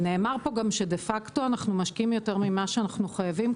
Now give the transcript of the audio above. נאמר פה גם שדה פקטו אנחנו משקיעים יותר ממה שאנחנו חייבים,